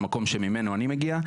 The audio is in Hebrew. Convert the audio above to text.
המקום שממנו אני מגיע,